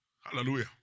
Hallelujah